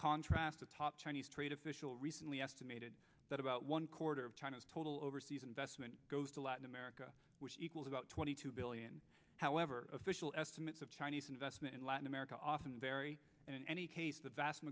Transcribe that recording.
contrast the top chinese trade official recently estimated that about one quarter of china's total overseas investment goes to latin america which equals about twenty two billion however official estimates of chinese investment in latin america often vary in any case the vast